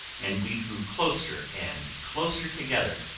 and we drew closer and closer together,